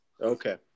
okay